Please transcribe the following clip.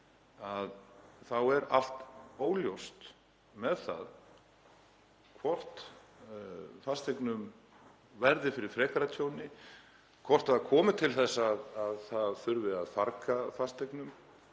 þetta, allt óljóst með það hvort fasteignir verði fyrir frekara tjóni og hvort það komi til þess að það þurfi að farga fasteignum